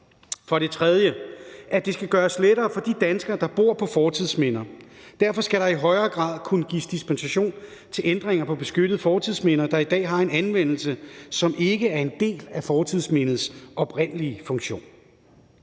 skal det gøres lettere for de danskere, der bor på fortidsminder. Derfor skal der i højere grad kunne gives dispensation til ændringer på beskyttede fortidsminder, der i dag har en anvendelse, som ikke er en del af fortidsmindets oprindelige funktion.